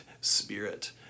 spirit